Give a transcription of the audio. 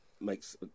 makes